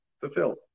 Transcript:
fulfilled